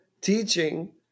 teaching